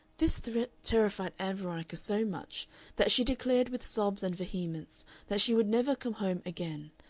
this threat terrified ann veronica so much that she declared with sobs and vehemence that she would never come home again,